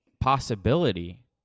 possibility